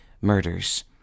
murders